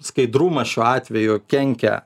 skaidrumas šiuo atveju kenkia